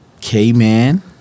K-Man